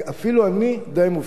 אפילו אני די מופתע.